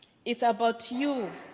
it's about you,